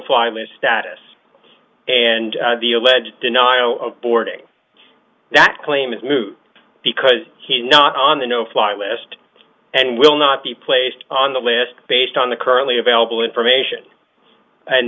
list status and the alleged denial of boarding that claim is moot because he's not on the no fly list and will not be placed on the list based on the currently available information and